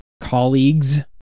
colleagues